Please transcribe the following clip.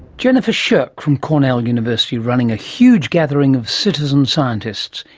jennifer shirk from cornell university, running a huge gathering of citizen scientists.